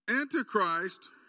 Antichrist